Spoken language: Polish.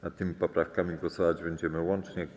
Nad tymi poprawkami głosować będziemy łącznie.